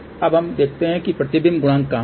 अब हम देखते हैं कि प्रतिबिंब गुणांक कहां है